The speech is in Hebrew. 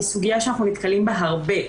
היא סוגיה שאנחנו נתקלים בה הרבה,